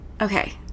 okay